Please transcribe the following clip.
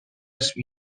اسم